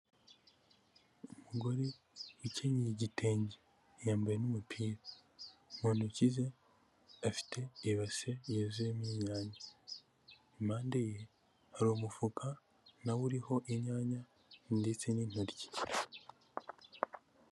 Umugore ukenyeye igitenge yambaye n'umupira, mu ntoki ze afite ibase yezuyemo inyanya, impande ye hari umufuka nawe uriho inyanya ndetse n'intoryi.